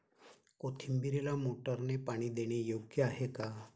कोथिंबीरीला मोटारने पाणी देणे योग्य आहे का?